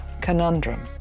conundrum